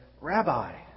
Rabbi